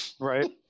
Right